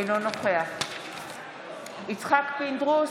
אינו נוכח יצחק פינדרוס,